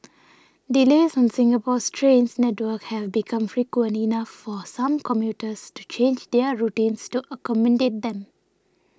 delays on Singapore's train network have become frequent enough for some commuters to change their routines to accommodate them